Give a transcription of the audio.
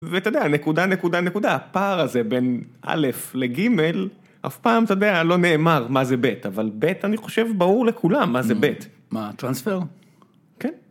ואתה יודע, נקודה נקודה נקודה, הפער הזה בין א' לג', אף פעם, אתה יודע, לא נאמר מה זה ב', אבל ב', אני חושב, ברור לכולם מה זה ב'. מה, טרנספר? כן.